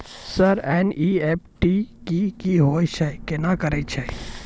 Sir NEFT की होय छै, केना करे छै?